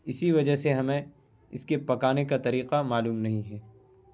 اسی وجہ سے ہمیں اس کے پکانے کا طریقہ معلوم نہیں ہے